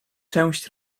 część